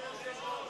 אדוני היושב-ראש,